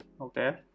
Okay